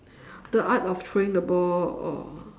the art of throwing the ball or